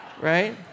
Right